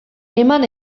eman